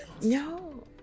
no